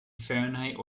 fahrenheit